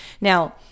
Now